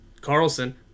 carlson